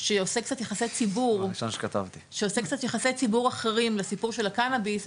שעושה קצת יחסי ציבור אחרים לסיפור של הקנאביס,